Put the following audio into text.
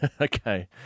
Okay